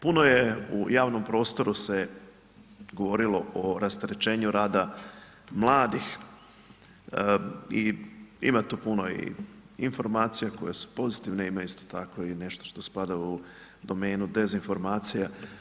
Puno je u javnom prostoru se govorilo o rasterećenju rada mladih i ima tu puno i informacija koje su pozitivne, ima isto tako i nešto što spada u domenu dezinformacija.